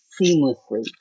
seamlessly